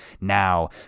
Now